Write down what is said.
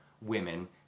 women